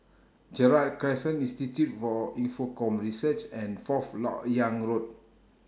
Gerald Crescent Institute For Infocomm Research and Fourth Lok Yang Road